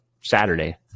Saturday